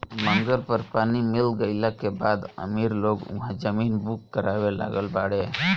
मंगल पर पानी मिल गईला के बाद अमीर लोग उहा जमीन बुक करावे लागल बाड़े